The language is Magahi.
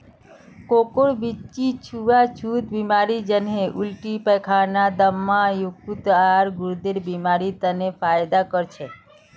कोकोर बीच्ची छुआ छुत बीमारी जन्हे उल्टी पैखाना, दम्मा, यकृत, आर गुर्देर बीमारिड तने फयदा कर छे